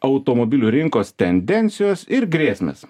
automobilių rinkos tendencijos ir grėsmės